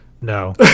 no